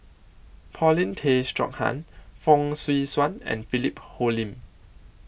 Paulin Tay Straughan Fong Swee Suan and Philip Hoalim